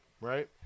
right